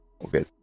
Okay